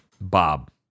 Bob